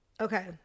Okay